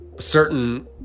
certain